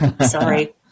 Sorry